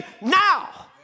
Now